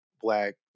black